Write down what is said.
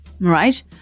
right